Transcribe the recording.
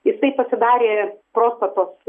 jisai pasidarė prostatos